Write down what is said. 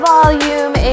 Volume